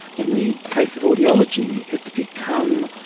in the case of audiology, it's become,